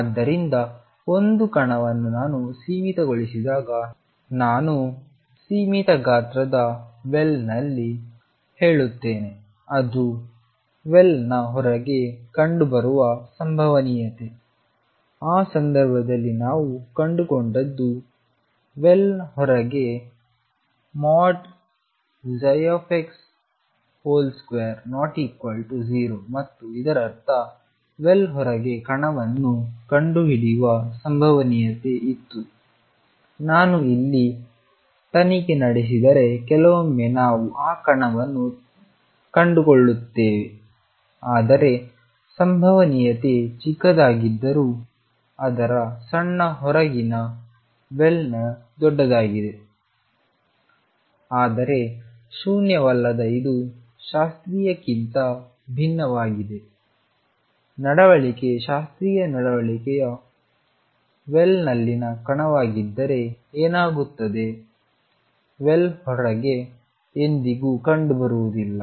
ಆದ್ದರಿಂದ ಒಂದು ಕಣವನ್ನು ನಾನು ಸೀಮಿತಗೊಳಿಸಿದಾಗ ನಾನು ಸೀಮಿತ ಗಾತ್ರದ ಬಾವಿಯಲ್ಲಿ ಉಲ್ಲೇಖಗಳಲ್ಲಿ ಹೇಳುತ್ತೇನೆ ಅದು ಬಾವಿಯ ಹೊರಗೆ ಕಂಡುಬರುವ ಸಂಭವನೀಯತೆಯಿದೆ ಆ ಸಂದರ್ಭದಲ್ಲಿ ನಾವು ಕಂಡುಕೊಂಡದ್ದು ಬಾವಿಯ ಹೊರಗೆ x2≠0 ಮತ್ತು ಇದರರ್ಥ ಬಾವಿಯ ಹೊರಗೆ ಕಣವನ್ನು ಕಂಡುಹಿಡಿಯುವ ಸಂಭವನೀಯತೆ ಇತ್ತು ನಾನು ಇಲ್ಲಿ ತನಿಖೆ ನಡೆಸಿದರೆ ಕೆಲವೊಮ್ಮೆ ನಾನು ಆ ಕಣವನ್ನು ಕಂಡುಕೊಳ್ಳುತ್ತೇನೆ ಆದರೆ ಸಂಭವನೀಯತೆ ಚಿಕ್ಕದಾಗಿದ್ದರೂ ಅದರ ಸಣ್ಣ ಹೊರಗಿನ ಬಾವಿಯಲ್ಲಿ ದೊಡ್ಡದಾಗಿದೆ ಆದರೆ ಶೂನ್ಯವಲ್ಲದ ಇದು ಶಾಸ್ತ್ರೀಯಕ್ಕಿಂತ ಭಿನ್ನವಾಗಿದೆ ನಡವಳಿಕೆ ಶಾಸ್ತ್ರೀಯ ನಡವಳಿಕೆಯು ಬಾವಿಯಲ್ಲಿನ ಕಣವಾಗಿದ್ದರೆ ಏನಾಗುತ್ತದೆ ಬಾವಿಯ ಹೊರಗೆ ಎಂದಿಗೂ ಕಂಡುಬರುವುದಿಲ್ಲ